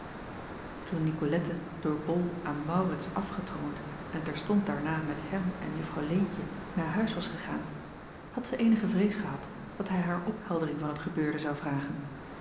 door ol aan aurits afgetroond en terstond daarna met hem en uffrouw eentje naar huis was gegaan had zij eenige vrees gehad dat hij haar opheldering van het gebeurde zou vragen